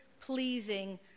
pleasing